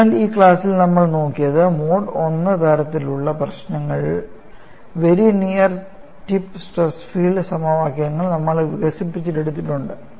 അതിനാൽ ഈ ക്ലാസ്സിൽ നമ്മൾ നോക്കിയത് മോഡ് I തരത്തിലുള്ള പ്രശ്നങ്ങളിൽ very near tip stress field സമവാക്യങ്ങൾ നമ്മൾ വികസിപ്പിച്ചെടുത്തിട്ടുണ്ട്